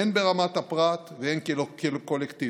הן ברמת הפרט והן כקולקטיב.